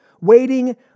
waiting